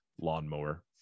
lawnmower